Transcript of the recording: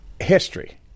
History